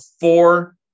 four